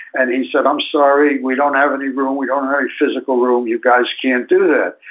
and he said, i'm sorry. we don't have any room. we don't have any physical room. you guys can't do that.